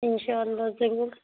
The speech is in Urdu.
ان شاء اللہ ضرور